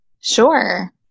Sure